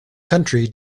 country